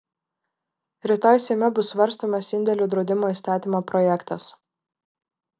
rytoj seime bus svarstomas indėlių draudimo įstatymo projektas